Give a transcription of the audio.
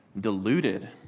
deluded